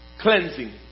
Cleansing